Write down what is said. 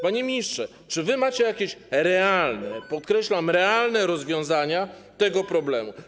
Panie ministrze, czy macie jakieś realne, podkreślam, realne rozwiązania tego problemu?